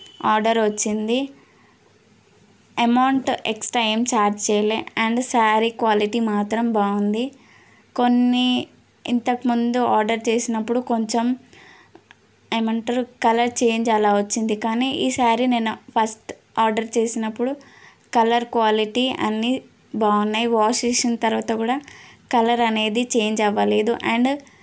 order వచ్చింది amount extra ఏం charge చేయలేదు అండ్ స్యారీ క్వాలిటీ మాత్రం బాగుంది కొన్ని ఇంతకు ముందు ఆర్డర్ చేసినప్పుడు కొంచెం ఏమంటారు కలర్ చేంజ్ అలా వచ్చింది కానీ ఈ స్యారీ నేను ఫస్ట్ ఆర్డర్ చేసినప్పుడు కలర్ క్వాలిటీ అన్నీ బాగున్నాయి వాష్ చేసిన తరువాత కూడా కలర్ అనేది చేంజ్ అవ్వలేదు అండ్